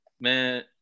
Man